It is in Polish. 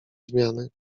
zmiany